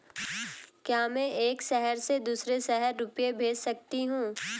क्या मैं एक शहर से दूसरे शहर रुपये भेज सकती हूँ?